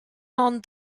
ond